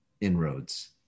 inroads